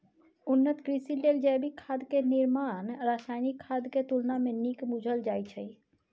उन्नत कृषि लेल जैविक खाद के निर्माण रासायनिक खाद के तुलना में नीक बुझल जाइ छइ